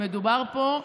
אלא מדובר פה,